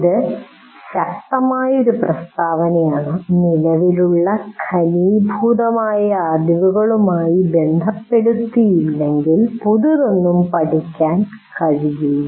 ഇത് ശക്തമായ ഒരു പ്രസ്താവനയാണ് "നിലവിലുള്ള ഘനീഭൂതമായ അറിവുകളുമായി ബന്ധപ്പെടുത്തിയില്ലെങ്കിൽ പുതിയതൊന്നും പഠിക്കാൻ കഴിയില്ല